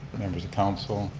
members of council,